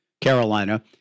Carolina